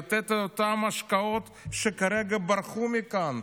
לתת את אותן השקעות שכרגע ברחו מכאן,